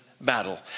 Battle